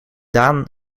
daan